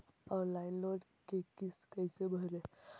Online loan के किस्त कैसे भरे?